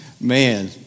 Man